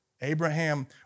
Abraham